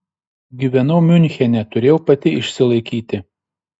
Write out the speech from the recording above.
gyvenau miunchene turėjau pati išsilaikyti